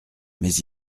mais